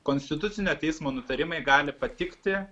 konstitucinio teismo nutarimai gali patikti